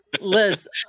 Liz